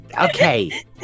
Okay